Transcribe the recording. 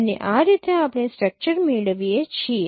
અને આ રીતે આપણે સ્ટ્રક્ચર મેળવીએ શકીએ